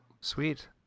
sweet